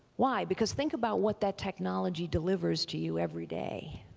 why? because think about what that technology delivers to you every day.